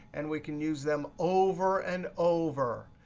and we can use them over and over.